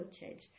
change